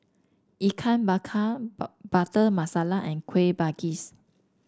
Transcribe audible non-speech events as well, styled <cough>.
Ikan Bakar <unintelligible> Butter Masala and Kuih Manggis